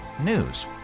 news